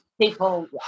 people